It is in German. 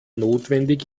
notwendig